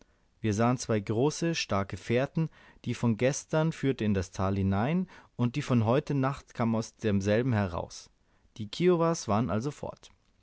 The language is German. wir sahen zwei große starke fährten die von gestern führte in das tal hinein und die von heut nacht kam aus demselben heraus die kiowas waren also fort